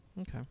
Okay